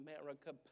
America